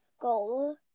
goal